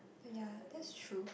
ya that's true